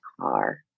car